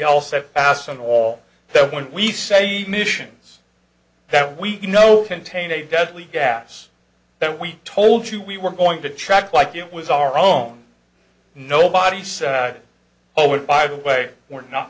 else that asked and all that when we say missions that we know contain a deadly gas that we told you we were going to track like it was our own nobody said oh and by the way we're not